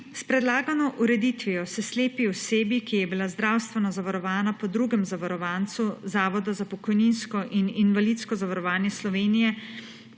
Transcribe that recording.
S predlagano ureditvijo se slepi osebi, ki je bila zdravstveno zavarovana po drugem zavarovancu Zavoda za pokojninsko in invalidsko zavarovanje Slovenije,